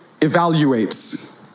evaluates